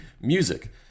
music